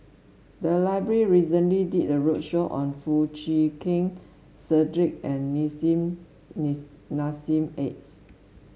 the library recently did a roadshow on Foo Chee Keng Cedric and Nissim Nis Nassim Adis